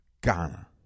Ghana